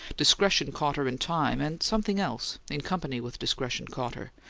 discretion caught her in time and something else, in company with discretion, caught her,